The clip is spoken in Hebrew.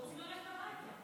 אנחנו רוצים ללכת הביתה.